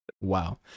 Wow